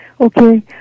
Okay